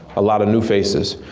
a lot of new faces.